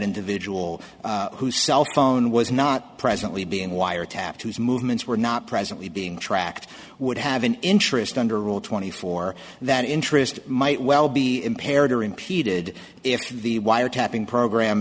individual who cell phone was not presently being wiretapped whose movements were not presently being tracked would have an interest under rule twenty four that interest might well be impaired or impeded if the wiretapping program